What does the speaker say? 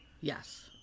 Yes